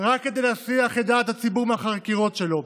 רק כדי להסיח את דעת הציבור מהחקירות שלו.